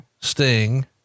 Sting